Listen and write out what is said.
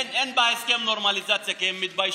אין, אין בהסכם נורמליזציה, כי הם מתביישים.